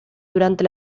durante